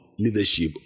Leadership